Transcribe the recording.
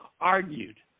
argued